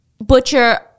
butcher